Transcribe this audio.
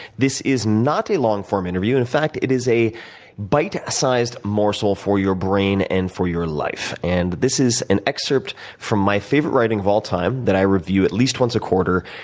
this is not a long-form interview. in fact, it is a bite-sized morsel for your brain and for your life. and this is an excerpt from my favorite writing of all time that i review at least once a quarter,